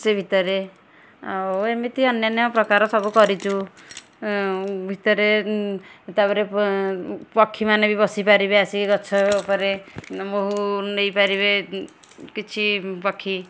ସେ ଭିତରେ ଆଉ ଏମିତି ଅନ୍ୟାନ୍ୟ ପ୍ରକାର ସବୁ କରିଚୁ ଭିତରେ ତାପରେ ପକ୍ଷୀମାନେ ବି ବସିପାରିବେ ଆସି ଗଛ ଉପରେ ମହୁ ନେଇ ପାରିବେ କିଛି ପକ୍ଷୀ